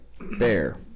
bear